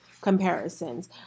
comparisons